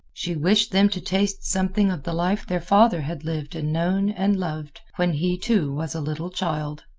she wished them to taste something of the life their father had lived and known and loved when he, too, was a little child.